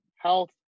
health